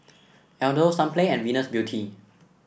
Aldo Sunplay and Venus Beauty